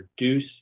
reduce